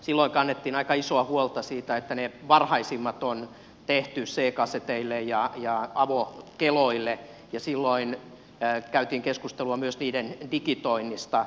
silloin kannettiin aika isoa huolta siitä että ne varhaisimmat on tehty c kaseteille ja avokeloille ja silloin käytiin keskustelua myös niiden digitoinnista